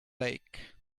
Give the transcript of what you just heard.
lake